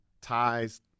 ties